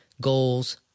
goals